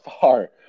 far